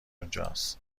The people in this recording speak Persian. اونجاست